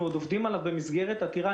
אנחנו עוד עובדים עליו במסגרת עתירה.